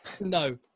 No